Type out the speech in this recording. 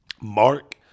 Mark